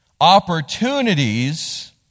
opportunities